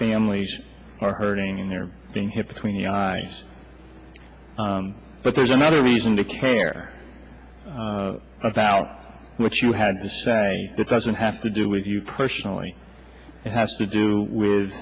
families are hurting and they're being hip tween the ice but there's another reason to care i found what you had to say that doesn't have to do with you personally it has to do with